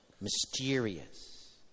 mysterious